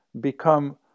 become